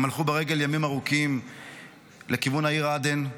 הם הלכו ברגל ימים ארוכים לכיוון העיר עדן,